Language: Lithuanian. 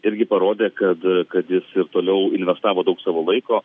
irgi parodė kad kad jis ir toliau investavo daug savo laiko